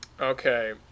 Okay